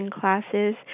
classes